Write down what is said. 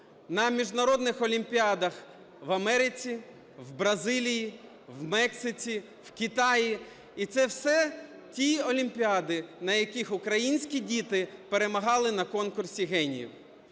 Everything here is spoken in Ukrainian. на міжнародних олімпіадах в Америці, в Бразилії, в Мексиці, в Китаї. І це все ті олімпіади, на яких українські діти перемагали на конкурсі геніїв.